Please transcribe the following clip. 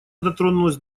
дотронулась